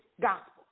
gospel